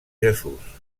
jesús